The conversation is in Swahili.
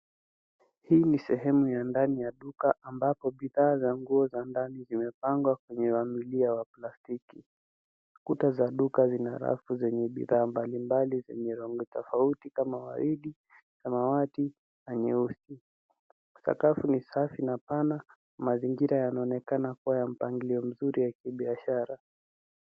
Hii ni sehemu ya ndani ya duka ambapo vifaa za nguo za ndani zimepangwa kuyamilia wa plastiki. Kuta za duka zina rafu zenye bidhaa mbali mbali zenye rangi tofauti kama waidi, samawati, na nyeusi. Sakafu ni safi na pana, mazingira yanaonekana kuwa na mpangilio mzuri ya kibiashara.